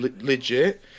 legit